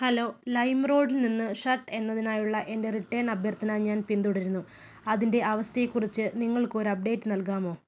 hello ലൈമ്റോഡിൽ നിന്ന് shirt എന്നതിനായുള്ള എൻ്റെ റിട്ടേൺ അഭ്യർത്ഥന ഞാൻ പിന്തുടരുന്നു അതിൻ്റെ അവസ്ഥയെക്കുറിച്ചു നിങ്ങൾക്ക് ഒരു അപ്ഡേറ്റ് നൽകാമോ